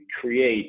create